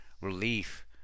relief